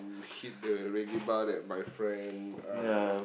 to hit the Reggae-Bar that my friend uh